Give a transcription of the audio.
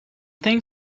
think